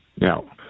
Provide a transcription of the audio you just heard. Now